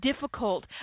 difficult